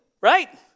right